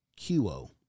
QO